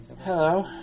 Hello